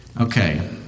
Okay